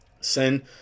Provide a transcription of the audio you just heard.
Send